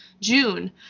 June